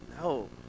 No